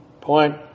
point